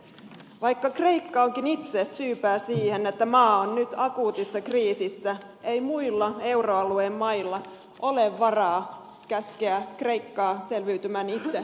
vaikka kreikka onkin itse syypää siihen että maa on nyt akuutissa kriisissä ei muilla euroalueen mailla ole varaa käskeä kreikkaa selviytymään itse ongelmistaan